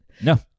No